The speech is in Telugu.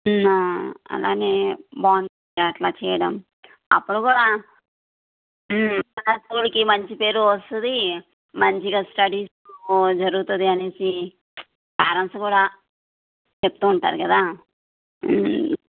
అలాగే బాగుంటుంది అట్లా చేయడం అప్పుడు కూడా మన స్కూల్కి మంచి పేరు వస్తుంది మంచిగా స్టడీస్ జరుగుతుంది అని పేరెంట్స్ కూడా చెప్తు ఉంటారు కదా